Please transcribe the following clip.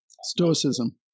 Stoicism